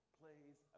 plays